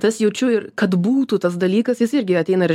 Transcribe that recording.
tas jaučiu ir kad būtų tas dalykas jis irgi ateina ir